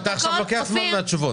אופיר, עכשיו אתה לוקח זמן מהתשובות.